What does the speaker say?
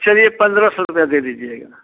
चलिए पंद्रह सौ रुपया दे दीजिएगा